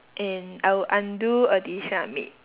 and I will undo a decision I made